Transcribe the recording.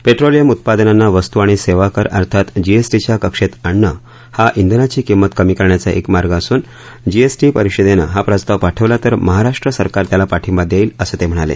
petroleum उत्पादनांना वस्तू आणि सेवा कर जीएसटीच्या कक्षेत आणणं हा इंधनाघी किंमत कमी करण्याचा एक मार्ग असून जीएसटी परिषदेनं हा प्रस्ताव पाठवला तर महाराष्ट्र सरकार त्याला पाठिंबा देईल असं ते म्हणाले